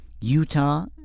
Utah